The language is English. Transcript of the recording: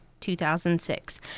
2006